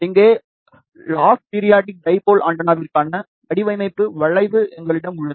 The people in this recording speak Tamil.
இங்கே லாஃ பீரியாடிக் டைபோல் ஆண்டெனா விற்கான வடிவமைப்பு வளைவு எங்களிடம் உள்ளது